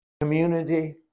community